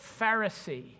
pharisee